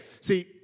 See